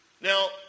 Now